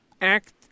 act